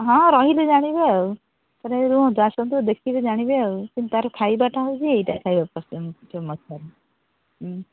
ହଁ ରହିଲେ ଜାଣିବେ ଆଉ ରୁହନ୍ତୁ ଆସନ୍ତୁ ଦେଖିବେ ଜାଣିବେ ଆଉ କିନ୍ତୁ ତାର ଫାଇଦାଟା ହେଉଛି ଏଇଟା ଖାଇବା ଫେମସ୍ ତାର ହୁଁ